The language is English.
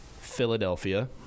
Philadelphia